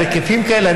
על היקפים כאלה,